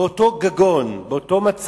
עם אותו גגון, באותו מצב,